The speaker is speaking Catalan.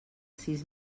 sis